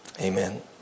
Amen